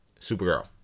supergirl